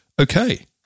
Okay